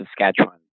saskatchewan